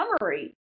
summary